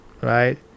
right